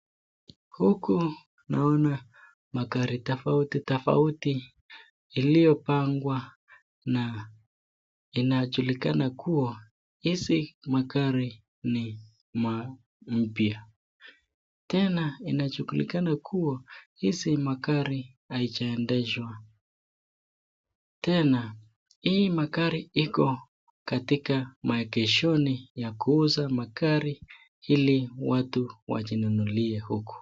Huku naona magari tofauti tofauti na inajulikana kuwa hizi magari ni mpya. Tena inajulikana kuwa hizi magari hazijaendeshwa. Tena hii magari iko katika maegeshoni ya kuuza magari ili watu wajinunulie huku.